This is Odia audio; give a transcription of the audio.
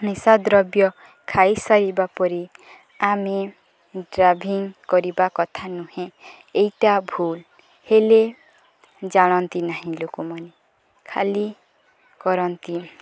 ନିଶା ଦ୍ରବ୍ୟ ଖାଇସାରିବା ପରେ ଆମେ ଡ୍ରାଭିଙ୍ଗ କରିବା କଥା ନୁହେଁ ଏଇଟା ଭୁଲ ହେଲେ ଜାଣନ୍ତି ନାହିଁ ଲୋକମାନେ ଖାଲି କରନ୍ତି